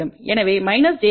எனவே j 1